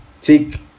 take